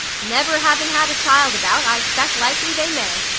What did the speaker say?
never having had a child about, i s'pect likely they may,